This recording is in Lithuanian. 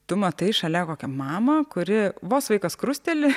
tu matai šalia kokią mamą kuri vos vaikas krusteli